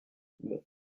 bon